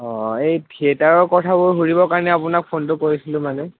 অঁ এই থিয়েটাৰৰ কথাবোৰ সুধিবৰ কাৰণে আপোনাক ফোনটো কৰিছিলোঁ মানে